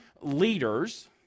leaders